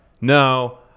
no